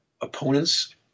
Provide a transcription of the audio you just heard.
opponents